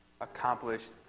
accomplished